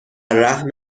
رحم